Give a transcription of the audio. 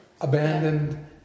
abandoned